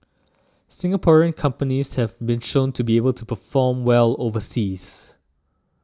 Singaporean companies have been shown to be able to perform well overseas